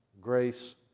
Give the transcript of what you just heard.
grace